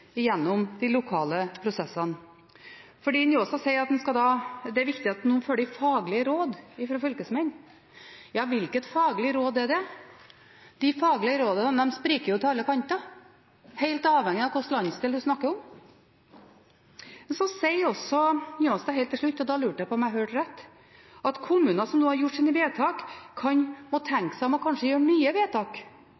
gjennom de lokale prosessene? Njåstad sier at det er viktig at en nå følger faglige råd fra fylkesmenn. Ja, hvilke faglige råd er det? De faglige rådene spriker jo til alle kanter, helt avhengig av hvilken landsdel en snakker om. Så sier også Njåstad helt til slutt – og da lurte jeg på om jeg hørte rett – at kommuner som nå har gjort sine vedtak, kan